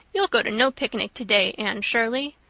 you'll go to no picnic today, anne shirley.